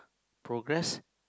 progress